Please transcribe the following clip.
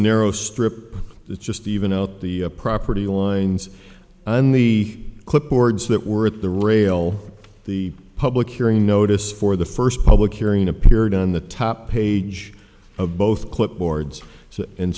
narrow strip that just even out the property lines and the clipboards that were at the rail the public hearing notice for the first public hearing appeared on the top page of both clipboards